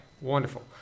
wonderful